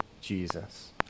Jesus